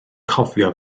cofio